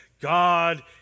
God